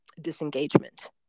disengagement